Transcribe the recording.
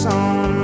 on